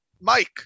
Mike